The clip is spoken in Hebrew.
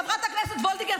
חברת הכנסת וולדיגר,